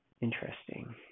Interesting